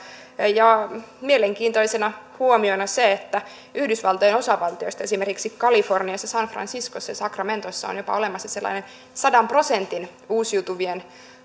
mielenkiintoisena huomiona on se että yhdysvaltojen osavaltioista esimerkiksi kaliforniassa san franciscossa ja sacramentossa on jopa olemassa sadan prosentin uusiutuvien